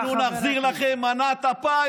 למה ליד הרמקולים?